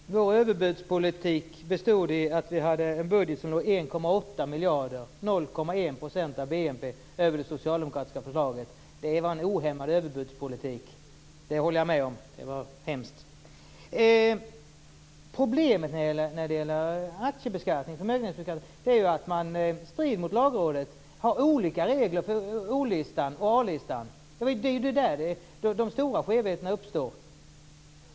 Fru talman! Vår överbudspolitik bestod i att vi hade en budget som låg 1,8 miljarder, 0,1 % av BNP, över det socialdemokratiska förslaget. Det var en ohämmad överbudspolitik, det håller jag med om. Det var hemskt. Problemen när det gäller aktie och förmögenhetsbeskattning är att man i strid med Lagrådet har olika regler för O-listan och A-listan. Det är där de stora skevheterna uppstår.